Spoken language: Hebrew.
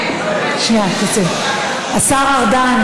השר ארדן,